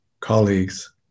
colleagues